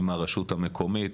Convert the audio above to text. עם הרשות המקומית,